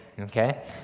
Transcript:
Okay